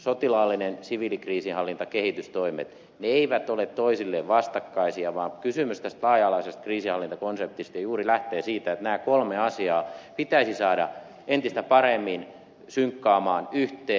sotilaallinen ja siviilikriisinhallinta kehitystoimet eivät ole toisilleen vastakkaisia vaan tämä laaja alainen kriisinhallintakonsepti lähtee juuri siitä että nämä kolme asiaa pitäisi saada entistä paremmin synkkaamaan yhteen